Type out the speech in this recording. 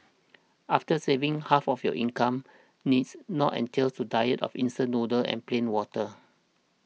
after saving half of your income needs not entail a diet of instant noodles and plain water